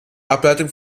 ableitung